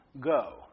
Go